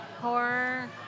Horror